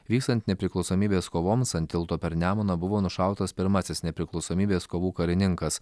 vykstant nepriklausomybės kovoms ant tilto per nemuną buvo nušautas pirmasis nepriklausomybės kovų karininkas